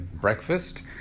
breakfast